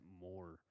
more